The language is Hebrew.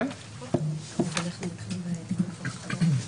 את כל התיקונים ואת השינויים נעשה אחר כך.